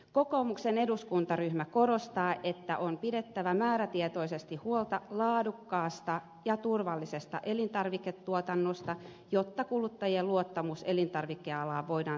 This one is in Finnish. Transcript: kokoomuksen eduskuntaryhmä korostaa että on pidettävä määrätietoisesti huolta laadukkaasta ja turvallisesta elintarviketuotannosta jotta kuluttajien luottamus elintarvikealaan voidaan säilyttää